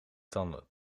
tanden